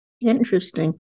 Interesting